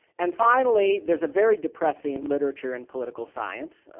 and, finally, there's a very depressing literature in political science,